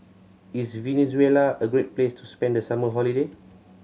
is Venezuela a great place to spend the summer holiday